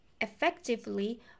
effectively